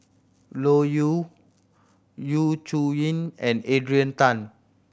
Loke Yew Yu Zhuye and Adrian Tan